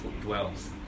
dwells